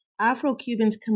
Afro-Cubans